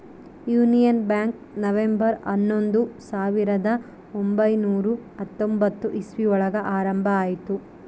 union Bank November ಹನ್ನೊಂದು ಸಾವಿರದ ಒಂಬೈನುರ ಹತ್ತೊಂಬತ್ತು ಇಸ್ವಿ ಒಳಗ ಆರಂಭ ಆಯ್ತು